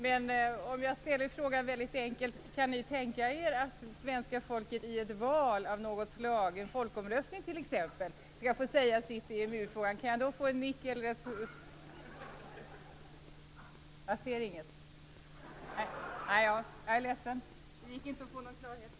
Men jag kan ställa frågan väldigt enkelt: Kan ni tänka er att svenska folket i ett val av något slag, en folkomröstning t.ex., skall få säga sitt i EMU-frågan? Kan jag få en nick? Jag ser inget. Jag är ledsen, det gick inte att få någon klarhet.